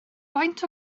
faint